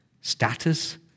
status